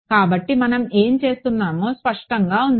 కాబట్టి మనం ఏమి చేసామో స్పష్టంగా ఉంది